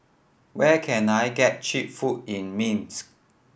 where can I get cheap food in Minsk